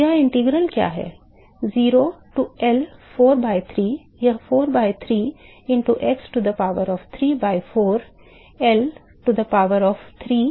0 to L 4 by 3 यह 4 by 3 into x to the power of 3 by 4 L to the power of 3 by 4 है